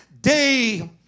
day